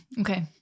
Okay